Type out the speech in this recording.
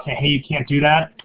hey you can't do that.